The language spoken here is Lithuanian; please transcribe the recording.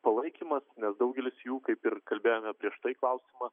palaikymas nes daugelis jų kaip ir kalbėjome prieš tai klausimą